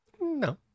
No